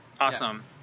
Awesome